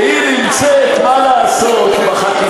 אין בסיס, והיא נמצאת, מה לעשות, בחקיקה,